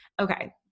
Okay